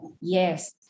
Yes